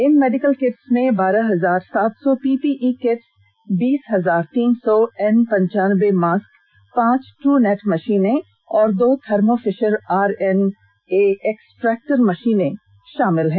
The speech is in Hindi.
इन मेडिकल किट्स में बारह हजार सात सौ पी पी ई किट्स बीस हजार तीन सौ एन पंचानब्बे मास्क पांच ट्रू नेट मशीन और दो Thermo Fisher R N A extractor machine शामिल है